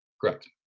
Correct